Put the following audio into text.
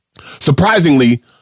Surprisingly